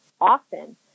often